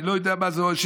אני לא יודע מה זה אומר.